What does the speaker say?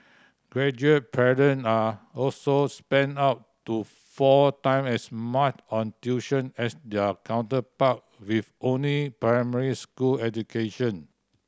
graduate parent are also spent up to four time as much on tuition as their counterpart with only primary school education